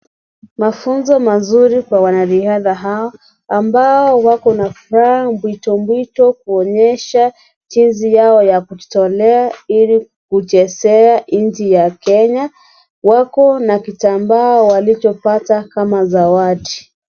Mafunzo mazuri kwa wanariadha hawa ambao wako na furaha mbwitombwito kuonyesha jinsi Yao ya kujitolea ili kuchezea nji ya Kenya. Wako na kitambaa walichopata kama zawadi.